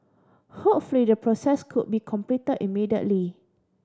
hopefully the process could be complete immediately